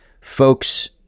folks